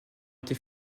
été